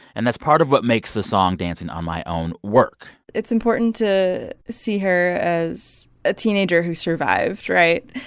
and that's part of what makes the song dancing on my own work it's important to see her as a teenager who survived, right?